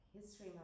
History